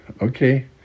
Okay